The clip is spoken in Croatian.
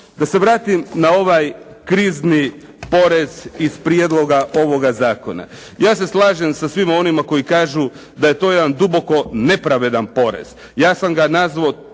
Da se vratim na ovaj krizni porez iz prijedloga ovoga zakona. Ja se slažem sa svima onima koji kažu da je to jedan duboko nepravedan porez. Ja sam ga nazvao